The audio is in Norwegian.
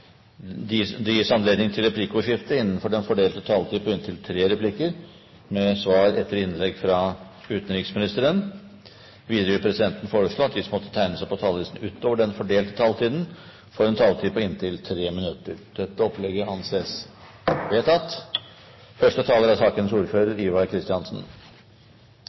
at det gis anledning til replikkordskifte på inntil tre replikker med svar etter innlegget fra statsråden innenfor den fordelte taletid. Videre blir det foreslått at de som måtte tegne seg på talerlisten utover den fordelte taletid, får en taletid på inntil 3 minutter. – Det anses vedtatt. Første taler er representanten Tore Nordtun, som taler på vegne av sakens ordfører,